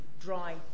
dry